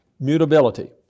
Mutability